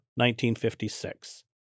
1956